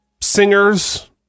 singers